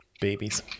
babies